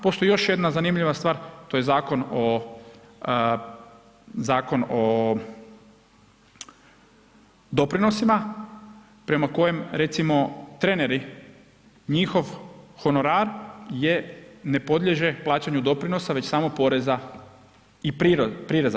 Postoji još jedna zanimljiva stvar, to je Zakon o doprinosima prema kojem, recimo, treneri njihov honorar ne podliježe plaćanju doprinosa već samo poreza i prireza.